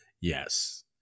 Yes